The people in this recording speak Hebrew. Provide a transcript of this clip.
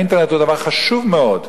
האינטרנט הוא דבר חשוב מאוד.